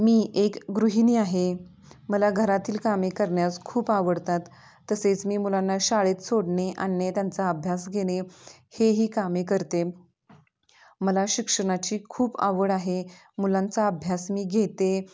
मी एक गृहिणी आहे मला घरातील कामे करण्यास खूप आवडतात तसेच मी मुलांना शाळेत सोडणे आणणे त्यांचा अभ्यास घेणे हेही कामे करते मला शिक्षणाची खूप आवड आहे मुलांचा अभ्यास मी घेते